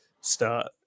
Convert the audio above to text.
start